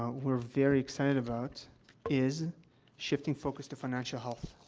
we're very excited about is shifting focus to financial health.